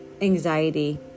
anxiety